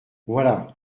voilà